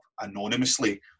anonymously